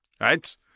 right